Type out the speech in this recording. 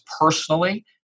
personally